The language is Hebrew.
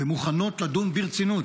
מוכנות לדון ברצינות